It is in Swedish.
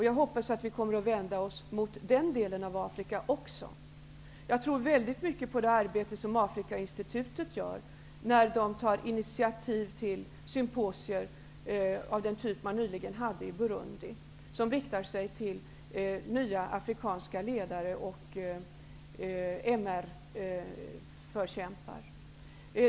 Jag hoppas att vi kommer att vända oss också mot den delen av Afrika. Jag tror mycket på det arbete som Afrikainstitutet gör när det tar initiativ till symposier av den typ man nyligen hade i Burundi och som riktar sig till nya afrikanska ledare och MR-förkämpar.